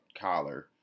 collar